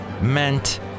meant